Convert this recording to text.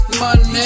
money